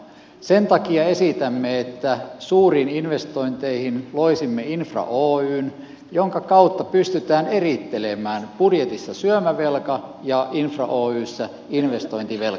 sen takia esitämme että suuriin investointeihin loisimme infra oyn jonka kautta pystytään erittelemään budjetissa syömävelka ja infra oyssä investointivelka